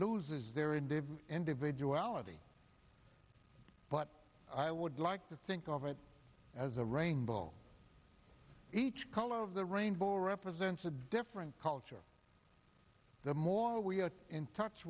loses their in dave individuality but i would like to think of it as a rainbow each color of the rainbow represents a different culture the more we are in touch